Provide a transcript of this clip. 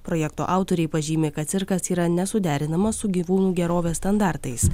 projekto autoriai pažymi kad cirkas yra nesuderinamas su gyvūnų gerovės standartais